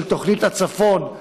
של תוכנית הצפון,